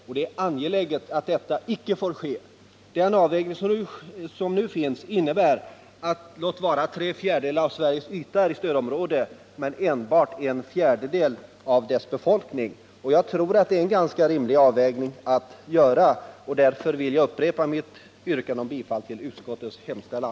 Och det får icke ske. Den avvägning som nu görs innebär att låt vara tre fjärdedelar av Sveriges yta är stödområde men enbart en fjärdedel av dess befolkning. Jag tror att det är en ganska rimlig avvägning. Därför vill jag upprepa mitt yrkande om bifall till utskottets hemställan.